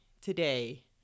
today